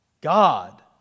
God